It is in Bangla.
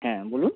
হ্যাঁ বলুন